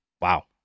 Wow